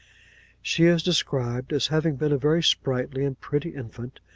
she is described as having been a very sprightly and pretty infant,